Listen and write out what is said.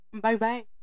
Bye-bye